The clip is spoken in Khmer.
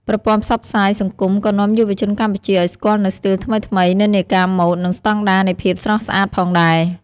ប្រព័ន្ធផ្សព្វផ្សាយសង្គមក៏នាំយុវជនកម្ពុជាឱ្យស្គាល់នូវស្ទីលថ្មីៗ និន្នាការម៉ូដ និងស្តង់ដារនៃភាពស្រស់ស្អាតផងដែរ។